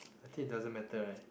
I think it doesn't matter right